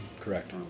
correct